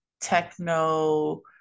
techno